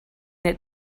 that